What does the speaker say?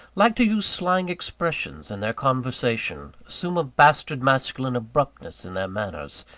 like to use slang expressions in their conversation assume a bastard-masculine abruptness in their manners,